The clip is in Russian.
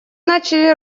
начали